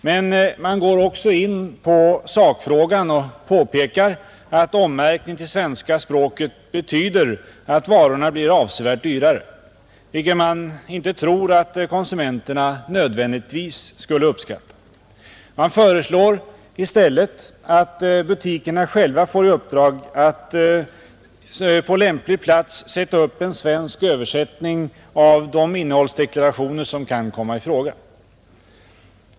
Men man går också in på sakfrågan och påpekar att ommärkning till svenska språket betyder att varorna blir avsevärt dyrare, vilket man inte tror att konsumenterna nödvändigtvis skulle uppskatta. Man föreslår i stället att butikerna själva får i uppdrag att på lämplig plats sätta upp en svensk översättning av de innehållsdeklarationer som kan komma i fråga.